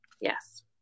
yes